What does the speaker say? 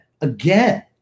again